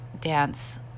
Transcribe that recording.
dance